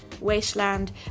Wasteland